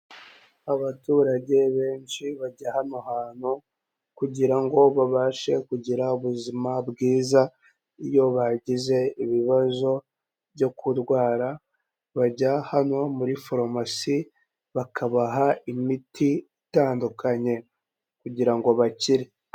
Abaturage benshi bajya hano hantu kugira ngo babashe kugira ubuzima bwiza, iyo bagize ibibazo byo kurwara bajya hano muri foromasi bakabaha imiti itandukanye kugira ngo bakire.